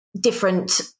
different